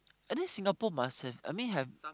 and then Singapore must have I mean have